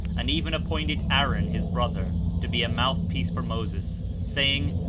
and even appointed aaron his brother to be a mouthpiece for moses, saying,